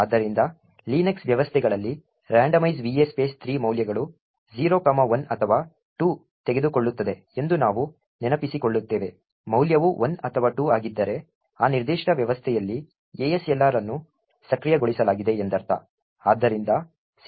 ಆದ್ದರಿಂದ ಲಿನಕ್ಸ್ ವ್ಯವಸ್ಥೆಗಳಲ್ಲಿ randomize va space 3 ಮೌಲ್ಯಗಳು 0 1 ಅಥವಾ 2 ತೆಗೆದುಕೊಳ್ಳುತ್ತದೆ ಎಂದು ನಾವು ನೆನಪಿಸಿಕೊಳ್ಳುತ್ತೇವೆ ಮೌಲ್ಯವು 1 ಅಥವಾ 2 ಆಗಿದ್ದರೆ ಆ ನಿರ್ದಿಷ್ಟ ವ್ಯವಸ್ಥೆಯಲ್ಲಿ ASLR ಅನ್ನು ಸಕ್ರಿಯಗೊಳಿಸಲಾಗಿದೆ ಎಂದರ್ಥ